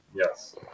Yes